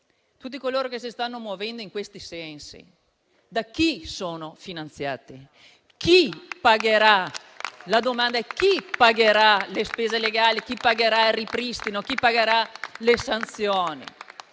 tutti coloro che si stanno muovendo in queste direzioni, da chi sono finanziati? La domanda è: chi pagherà le spese legali, chi pagherà il ripristino, chi pagherà le sanzioni?